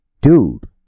dude